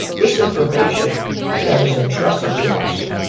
this information that is entrusted to us,